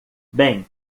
bem